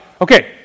Okay